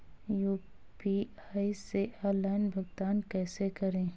UPI से online भुगतान कैसे करें?